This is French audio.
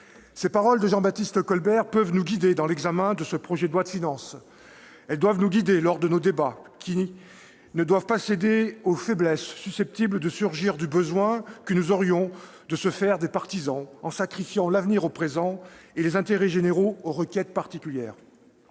Ces mots de Jean-Baptiste Colbert peuvent nous guider dans l'examen de ce projet de loi de finances. Ils doivent nous guider lors de nos débats, qui ne sauraient céder aux faiblesses susceptibles de surgir du besoin que nous aurions de nous faire des partisans en sacrifiant l'avenir au présent et les intérêts généraux aux requêtes particulières.